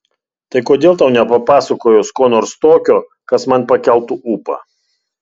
tai kodėl tau nepapasakojus ko nors tokio kas man pakeltų ūpą